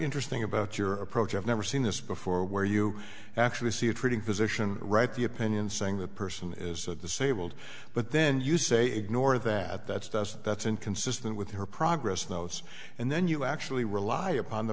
interesting about your approach i've never seen this before where you actually see a treating physician right the opinion saying the person is of the same old but then you say ignore that that's doesn't that's inconsistent with her progress in those and then you actually rely upon the